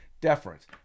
deference